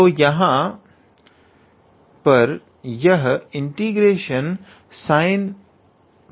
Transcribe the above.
तो यहां पर यह ∫ 𝑠𝑖𝑛𝑛−2𝑥𝑑𝑥 है